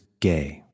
gay